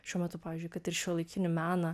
šiuo metu pavyzdžiui kad ir šiuolaikinį meną